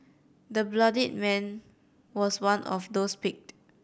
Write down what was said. the bloodied man was one of those picked